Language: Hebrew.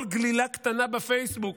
כל גלילה קטנה בפייסבוק